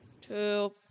two